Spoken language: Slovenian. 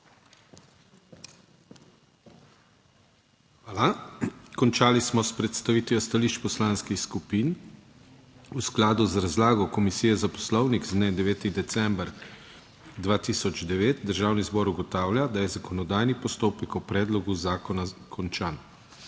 Hvala. Končali smo predstavitve stališč poslanskih skupin. V skladu z razlago Komisije za Poslovnik z dne 9. december 2009 Državni zbor ugotavlja, da je zakonodajni postopek o predlogu zakona končan.